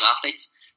athletes